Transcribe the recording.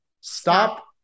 Stop